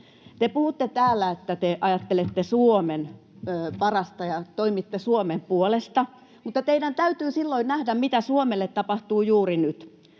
Te puhutte täällä, että te ajattelette Suomen parasta ja toimitte Suomen puolesta. Mutta teidän täytyy silloin nähdä, mitä Suomelle tapahtuu juuri nyt.